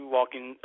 walking